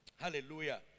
Hallelujah